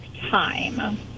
time